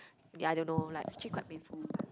yea I don't know like actually quite painful